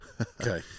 Okay